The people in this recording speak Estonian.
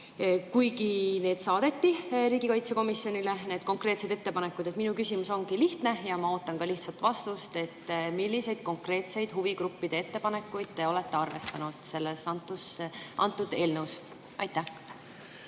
kuigi need saadeti riigikaitsekomisjonile, need konkreetsed ettepanekud. Mu küsimus ongi lihtne ja ma ootan ka lihtsat vastust. Milliseid konkreetseid huvigruppide ettepanekuid te olete selles eelnõus